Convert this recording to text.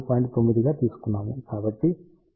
9 గా తీసుకున్నాము